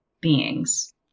beings